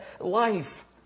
life